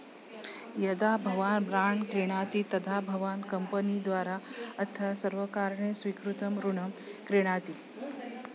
यदा भवान् ब्राण्ड् क्रीणाति तदा भवान् कम्पनी द्वारा अथ सर्वकारणे स्वीकृतं ऋणं क्रीणाति